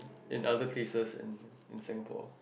in other places in in Singapore